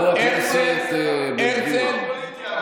הרצל,